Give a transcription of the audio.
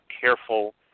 careful